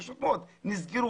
פשוט מאוד נסגרו,